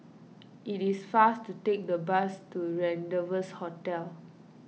it is faster to take the bus to Rendezvous Hotel